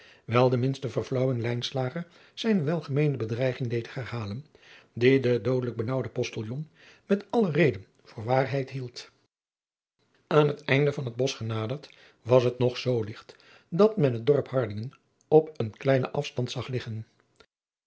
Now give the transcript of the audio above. wijl de minste verflaauwing zijne welgemeende bedreiging deed herhalen die de doodelijk benaauwde ostiljon met alle reden voor waarheid hield an het einde van het bosch genaderd was het nog zoo licht dat men het dorp ardingen op een kleinen afstand zag liggen